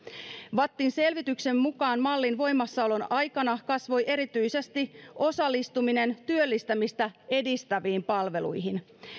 vattin selvityksen mukaan mallin voimassaolon aikana kasvoi erityisesti osallistuminen työllistämistä edistäviin palveluihin